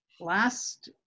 last